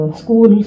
school